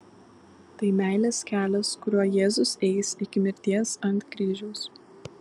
tai meilės kelias kuriuo jėzus eis iki mirties ant kryžiaus